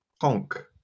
Honk